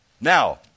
Now